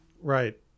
right